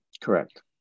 Correct